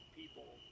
People